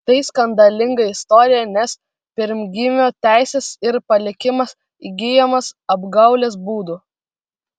tai skandalinga istorija nes pirmgimio teisės ir palikimas įgyjamas apgaulės būdu